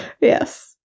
Yes